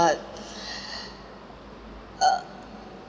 uh